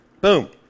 Boom